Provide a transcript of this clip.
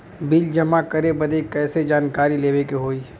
Bill जमा करे बदी कैसे जानकारी लेवे के होई?